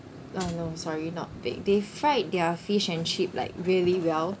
uh no sorry not bake they fried their fish and chip like really well